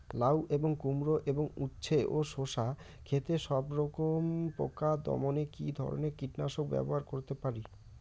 লাউ এবং কুমড়ো এবং উচ্ছে ও শসা ক্ষেতে সবরকম পোকা দমনে কী ধরনের কীটনাশক ব্যবহার করতে পারি?